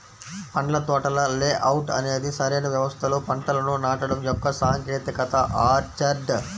పండ్ల తోటల లేఅవుట్ అనేది సరైన వ్యవస్థలో పంటలను నాటడం యొక్క సాంకేతికత ఆర్చర్డ్